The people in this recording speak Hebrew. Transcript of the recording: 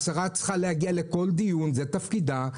השרה צריכה להגיע לכל דיון, זה תפקידה.